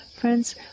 Friends